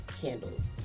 candles